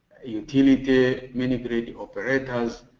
utility mini grid operators,